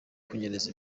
kunyereza